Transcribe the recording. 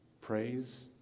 Praise